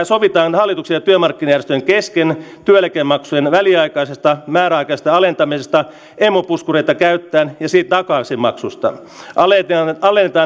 sovitaan hallituksen ja työmarkkinajärjestöjen kesken työeläkemaksujen määräaikaisesta alentamisesta emu puskureita käyttäen ja sen takaisinmaksusta alennetaan